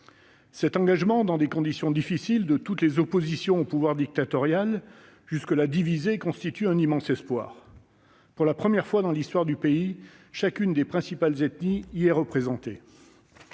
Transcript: Cet engagement, dans des conditions difficiles, de toutes les oppositions au pouvoir dictatorial, jusque-là divisées, constitue un immense espoir. Pour la première fois dans l'histoire du pays, chacune des principales ethnies y est représentée.